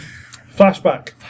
Flashback